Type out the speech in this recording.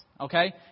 okay